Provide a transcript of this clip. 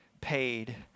paid